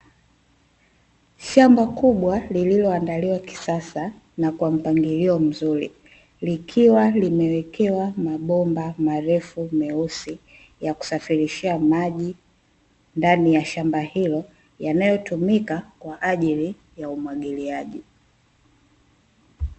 Shamba kubwa lililoandaliwa kisasa na kwa mpangilio mzuri, likiwa limewekewa mabomba marefu meusi ya kusafirishia maji ndani ya shamba hilo, yanayotumika kwa ajili ya umwagiliaji.